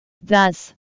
Thus